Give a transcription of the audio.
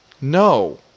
No